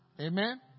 Amen